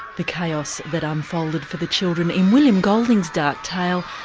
the chaos that unfolded for the children in william golding's dark tale,